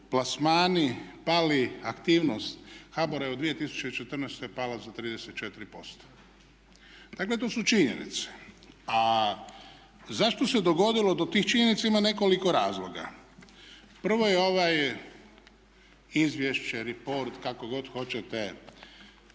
plasmani pali, aktivnost HBOR-a je u 2014. je pala za 34%. Dakle, to su činjenica. A zašto se dogodilo, do tih činjenica ima nekoliko razloga. Prvo je ovo izvješće, report kako god hoćete